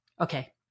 okay